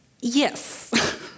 Yes